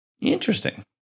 Interesting